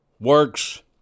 works